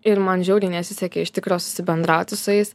ir man žiauriai nesisekė iš tikro susibendrauti su jais